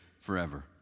forever